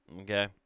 okay